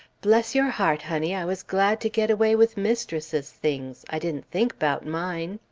bless your heart, honey, i was glad to get away with mistress's things i didn't think about mine.